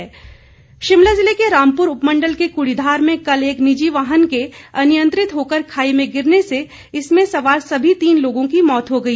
दुर्घटना शिमला जिले के रामपुर उपमंडल के कुड़ीधार में कल एक निजी वाहन के अनियंत्रित होकर खाई में गिरने से इसमें सवार सभी तीन लोगों की मौत हो गई